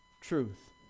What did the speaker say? truth